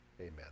amen